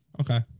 Okay